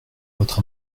votre